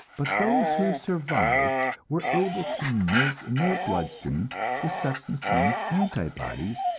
but those who survived were able to make in their blood-stream the substances known as anti-bodies,